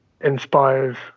inspires